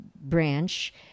branch